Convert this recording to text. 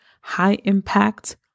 high-impact